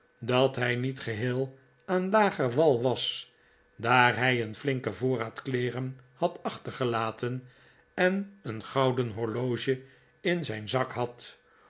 dat hij met geheel aan lager wal was daar hij een flihken voorraad kleeren had achtergelaten en een gouden horloge in zijn zak had